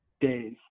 days